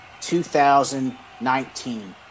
2019